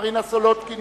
מרינה סולודקין,